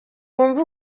bumva